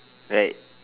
right